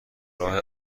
راه